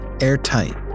airtight